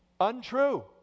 untrue